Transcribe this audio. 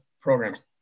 programs